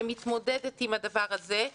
שמתמודדת עם הדבר הזה,